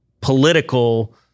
political